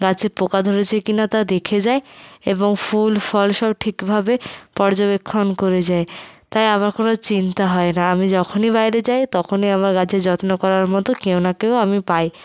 গাছে পোকা ধরেছে কিনা তা দেখে যায় এবং ফুল ফল সব ঠিকভাবে পর্যবেক্ষণ করে যায় তাই আমার কোনো চিন্তা হয় না আমি যখনই বাইরে যাই তখনই আমার গাছের যত্ন করার মতো কেউ না কেউ আমি পাই